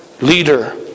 leader